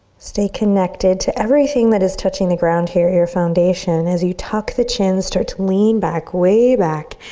stay connected to everything that is touching the ground here, your foundation as you tuck the chin, start to lean back, way back,